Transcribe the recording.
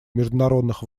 международных